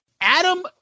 Adam